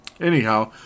Anyhow